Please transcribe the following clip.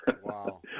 Wow